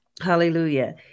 Hallelujah